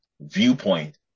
viewpoint